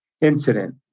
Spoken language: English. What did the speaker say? incident